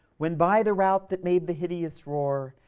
when by the rout that made the hideous roar,